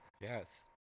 Yes